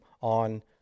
on